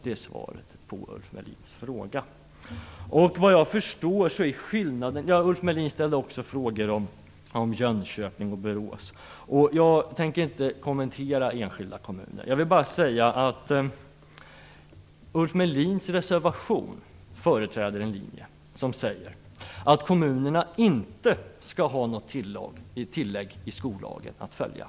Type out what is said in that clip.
Det är svaret på Ulf Melins fråga. Ulf Melin ställde frågor om Jönköping och Borås. Jag tänker inte kommentera enskilda kommuner. Jag vill bara säga att Ulf Melins reservation företräder en linje som går ut på att kommunerna inte skall ha något tillägg i skollagen att följa.